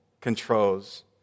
controls